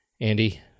Andy